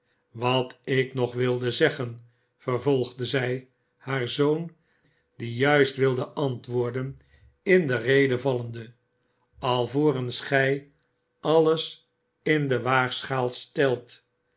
wat ik nog wilde zeggen vervolgde zij haar zoon die juist wilde antwoorden in de rede vallende alvorens gij alles in de waagschaal stelt